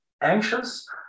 anxious